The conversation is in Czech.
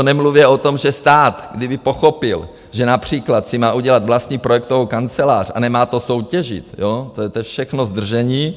Nemluvě o tom, že stát, kdyby pochopil, že například si má udělat vlastní projektovou kancelář, a nemá to soutěžit to je všechno zdržení...